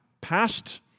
past